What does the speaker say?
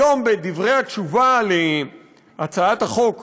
היום, בדברי התשובה על הצעת החוק